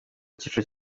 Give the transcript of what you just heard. cyiciro